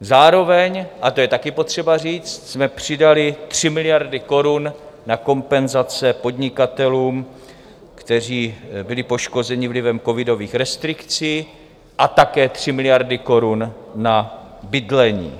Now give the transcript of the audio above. Zároveň, a to je taky potřeba říct, jsme přidali 3 miliardy korun na kompenzace podnikatelům, kteří byli poškozeni vlivem covidových restrikcí, a také 3 miliardy korun na bydlení.